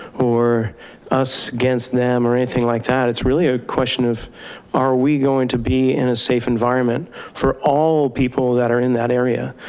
or us against them or anything like that, it's really a question of are we going to be in a safe environment for all people that are in that area,